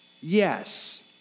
Yes